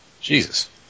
Jesus